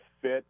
fit